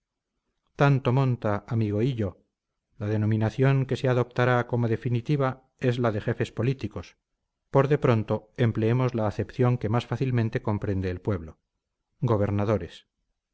tanto monta amigo hillo la denominación que se adoptará como definitiva es la de jefes políticos por de pronto empleemos la acepción que más fácilmente comprende el pueblo gobernadores